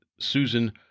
Susan